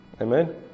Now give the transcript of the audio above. Amen